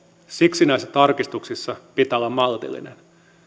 siksi näissä tarkistuksissa pitää olla maltillinen